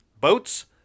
Boats